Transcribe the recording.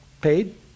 paid